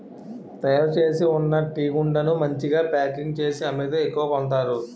తయారుచేసి ఉన్న టీగుండను మంచిగా ప్యాకింగ్ చేసి అమ్మితే ఎక్కువ కొంతారు